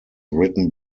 written